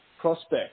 prospect